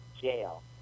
Jail